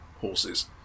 horses